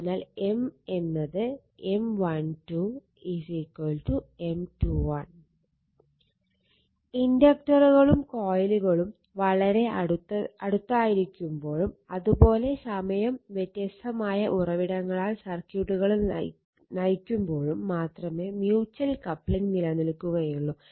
അതിനാൽ M എന്നത് M12 M21 ഇൻഡക്റ്ററുകളും കോയിലുകളും വളരെ അടുത്തായിരിക്കുമ്പോഴും അത് പോലെ സമയം വ്യത്യസ്തമായ ഉറവിടങ്ങളാൽ സർക്യൂട്ടുകൾ നയിക്കുമ്പോഴും മാത്രമേ മ്യൂച്ചൽ കപ്ലിംഗ് നിലനിൽക്കുകയൊള്ളു